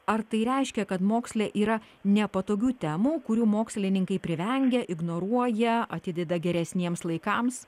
ar tai reiškia kad moksle yra nepatogių temų kurių mokslininkai privengia ignoruoja atideda geresniems laikams